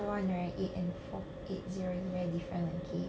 that one right eight and four eight zero is very different okay